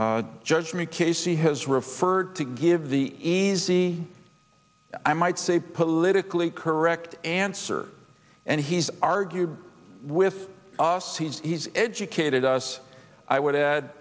torture judge me casey has referred to give the easy i might say politically correct answer and he's argued with us he's educated us i would add